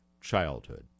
childhood